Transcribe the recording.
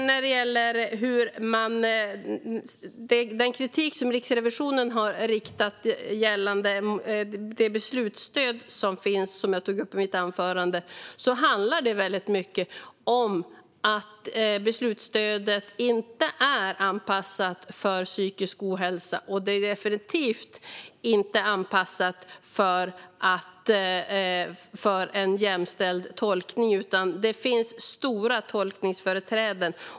Riksrevisionens kritik gällande det beslutsstöd som finns, som jag tog upp i mitt anförande, handlar till stor del om att beslutsstödet inte är anpassat för psykisk ohälsa. Det är definitivt inte anpassat för en jämställd tolkning, utan det finns stora tolkningsföreträden.